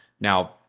now –